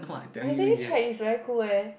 I think trek is very cool eh